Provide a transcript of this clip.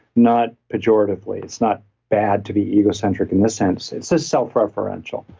not pejoratively. it's not bad to be egocentric in this sense. it's a selfreferential.